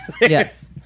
Yes